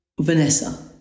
Vanessa